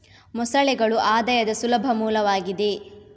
ಮೊಸಳೆಗಳು ಆದಾಯದ ಸುಲಭ ಮೂಲವಾಗಿದೆ